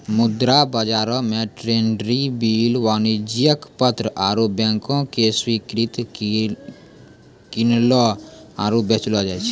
मुद्रा बजारो मे ट्रेजरी बिल, वाणिज्यक पत्र आरु बैंको के स्वीकृति किनलो आरु बेचलो जाय छै